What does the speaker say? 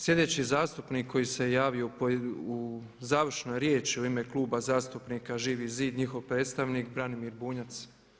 Sljedeći zastupnik koji se javio u završnoj riječi u ime Kluba zastupnika Živi zid njihov predstavnik Branimir Bunjac.